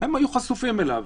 הם היו חשופים אליו,